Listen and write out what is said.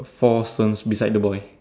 four some's beside the boy